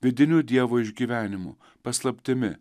vidiniu dievo išgyvenimu paslaptimi